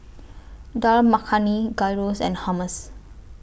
Dal Makhani Gyros and Hummus